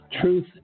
Truth